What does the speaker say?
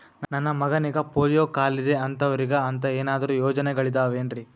ನನ್ನ ಮಗನಿಗ ಪೋಲಿಯೋ ಕಾಲಿದೆ ಅಂತವರಿಗ ಅಂತ ಏನಾದರೂ ಯೋಜನೆಗಳಿದಾವೇನ್ರಿ?